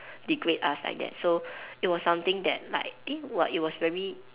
degrade us like that so it was something that like eh !wah! it was very